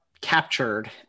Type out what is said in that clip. captured